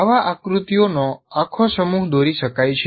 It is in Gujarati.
આવા આકૃતિઓનો આખો સમૂહ દોરી શકાય છે